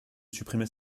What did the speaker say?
supprimer